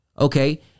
okay